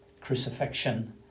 crucifixion